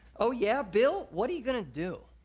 oh yeah bill? what are you gonna do?